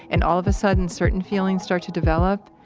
and all of a sudden certain feelings start to develop.